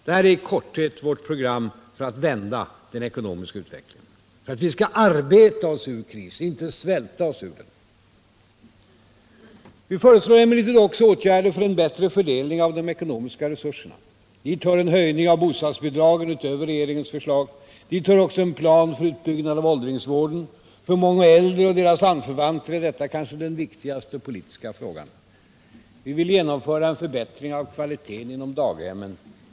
Detta är i korthet vårt program för att vända den ekonomiska utvecklingen, för att vi skall arbeta oss ur krisen — inte svälta oss ur den. Vi föreslår emellertid också åtgärder för en bättre fördelning av de ekonomiska resurserna. Dit hör en höjning av bostadsbidragen utöver regeringens förslag. Dit hör också en plan för utbyggnaden av äldrevården; för många äldre och deras anförvanter är detta kanske den viktigaste politiska frågan. Vi vill genomföra en förbättring av kvaliteten inom daghemmen.